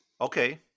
Okay